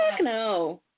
no